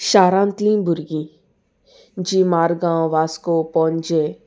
शारांतलीं भुरगीं जीं मारगांव वास्को पणजे